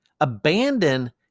Abandon